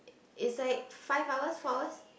it's like five hours four hours